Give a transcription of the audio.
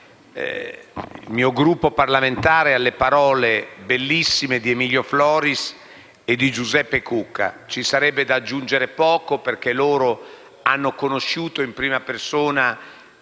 il mio Gruppo parlamentare alle parole bellissime di Emilio Floris e di Giuseppe Cucca. Ci sarebbe da aggiungere poco, perché loro hanno conosciuto in prima persona